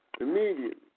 immediately